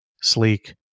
sleek